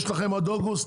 יש לכם עד אוגוסט,